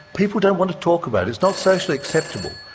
people don't want to talk about it, it's not socially acceptable.